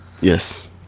Yes